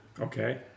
Okay